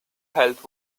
health